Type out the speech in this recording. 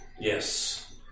Yes